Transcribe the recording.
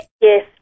Yes